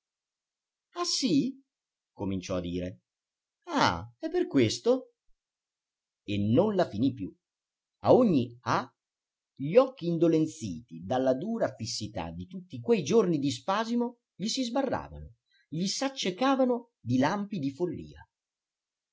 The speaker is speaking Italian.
ah sì cominciò a dire ah è per questo e non la finì più a ogni ah gli occhi indolenziti dalla dura fissità di tutti quei giorni di spasimo gli si sbarravano gli s'accendevano di lampi di follia